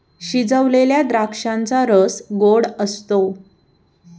शिजवलेल्या द्राक्षांचा रस गोड असतो